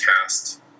cast